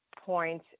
point